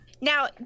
Now